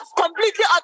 completely